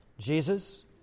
Jesus